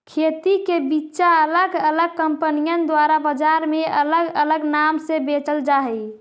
खेती के बिचा अलग अलग कंपनिअन द्वारा बजार में अलग अलग नाम से बेचल जा हई